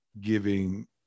giving